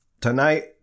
tonight